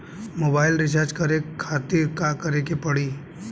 Mobile recharge करे खातिर का करे के पड़ी?